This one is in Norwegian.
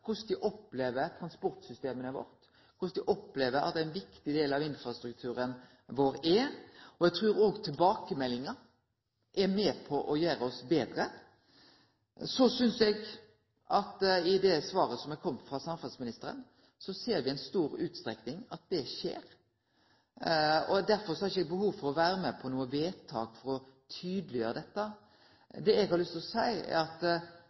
korleis dei opplever transportsystema våre, korleis dei opplever at ein viktig del av infrastrukturen vår er. Eg trur òg tilbakemeldingar er med på å gjere oss betre. Så synest eg at me i det svaret som er kome frå samferdselsministeren, i stor utstrekning ser at det skjer. Derfor har eg ikkje behov for å vere med på noko vedtak for å tydeleggjere dette. Det eg har lyst til å seie, er at